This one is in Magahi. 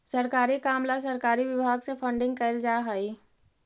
सरकारी काम ला सरकारी विभाग से फंडिंग कैल जा हई